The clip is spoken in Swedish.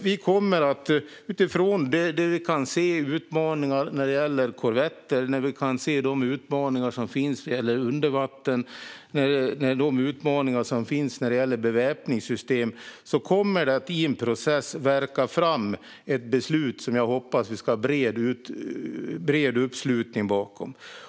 Vi kommer att utifrån de utmaningar vi kan se när det gäller korvetter, undervattensfartyg och beväpningssystem låta det i en process värka fram ett beslut som jag hoppas att vi ska ha bred uppslutning bakom.